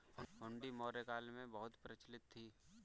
हुंडी मौर्य काल में बहुत प्रचलित थी